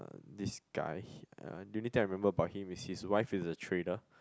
uh this guy he uh the only thing that I remember about him is his wife is a trader